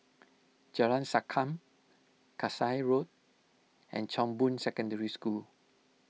Jalan Sankam Kasai Road and Chong Boon Secondary School